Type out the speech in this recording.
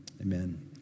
amen